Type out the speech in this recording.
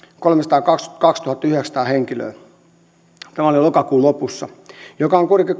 kolmesataakaksikymmentäkaksituhattayhdeksänsataa henkilöä tämä oli lokakuun lopussa se on kuitenkin